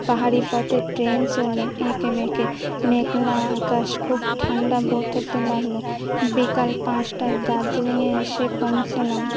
পাহাড়ি পথে ট্রেন চললো এঁকেমেকে মেঘলা আকাশ খুব ঠান্ডা বোধ হতে লাগলো বিকাল পাঁচটায় দার্জিলিংয়ে এসে পৌঁছালাম